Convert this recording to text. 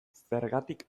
zergatik